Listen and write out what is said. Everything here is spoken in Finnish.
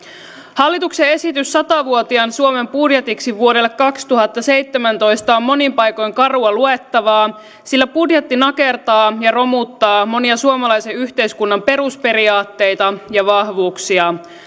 hallituksen esitys sata vuotiaan suomen budjetiksi vuodelle kaksituhattaseitsemäntoista on monin paikoin karua luettavaa sillä budjetti nakertaa ja romuttaa monia suomalaisen yhteiskunnan perusperiaatteita ja vahvuuksia